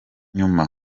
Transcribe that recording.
nyuma